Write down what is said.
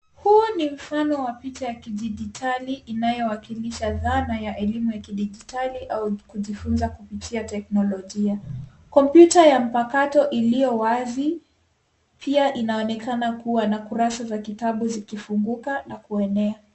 Huu ni mfano wa picha ya kidijitali inayowakilisha zana ya elimu ya kidijitali au kujifunza kupitia teknolojia. Kompyuta ya mpakato iliyowazi pia inaonekana kuwa na kurasa za vitabu zikifunguka na kuenea.